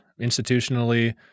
institutionally